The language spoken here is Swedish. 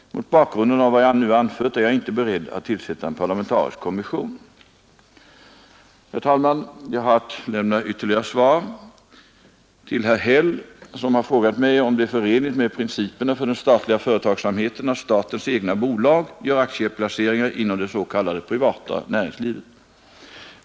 Mot bakgrunden av vad jag nu anfört är jag inte beredd att tillsätta en parlamentarisk kommission. Herr talman! Jag har att lämna ytterligare ett svar. Herr Häll har frågat mig om det är förenligt med principerna för den statliga företagsamheten att statens egna bolag gör aktieplaceringar inom det s.k. privata näringslivet.